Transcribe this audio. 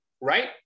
right